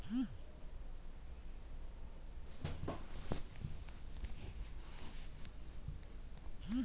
ಭಾರತದ ದಕ್ಷಿಣ ಭಾಗದ ವಲಯಗಳು ಸಮಶೀತೋಷ್ಣ ವಾತಾವರಣವನ್ನು ಹೊಂದಿದ್ದು ಸುಖಕರವಾಗಿದೆ